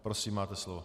Prosím, máte slovo.